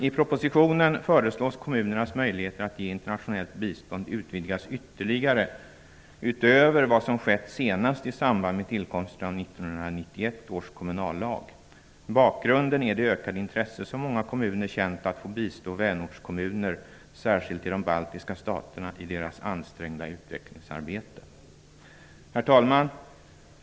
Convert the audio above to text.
I propositionen föreslås att kommunernas möjligheter att ge internationellt bistånd utvidgas ytterligare utöver vad som skett senast i samband med tillkomsten av 1991 års kommunallag. Bakgrunden är det ökade intresse som många kommuner känt att få bistå vänortskommuner särskilt i de baltiska staterna i deras ansträngda utvecklingsarbete. Herr talman!